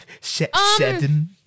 Seven